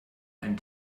einen